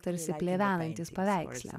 tarsi plevenantys paveiksle